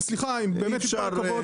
סליחה ובאמת עם כל הכבוד,